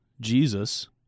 Jesus